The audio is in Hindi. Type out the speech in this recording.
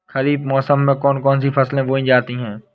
खरीफ मौसम में कौन कौन सी फसलें बोई जाती हैं?